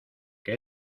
que